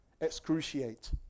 excruciate